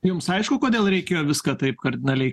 jums aišku kodėl reikėjo viską taip kardinaliai